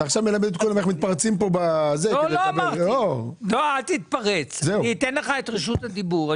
אני אתן לך את רשות הדיבור.